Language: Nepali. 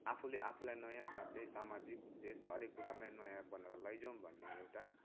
आफुले आफुलाई नयाँ साथै समाजिक हरेक कुरामै नयाँ बनाएर लिएर जाउँ भन्ने एउटा